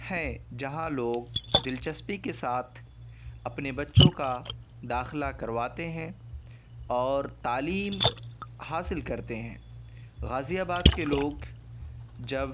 ہیں جہاں لوگ دلچسپی کے ساتھ اپنے بچوں کا داخلہ کرواتے ہیں اور تعلیم حاصل کرتے ہیں غازی آباد کے لوگ جب